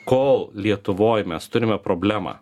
kol lietuvoj mes turime problemą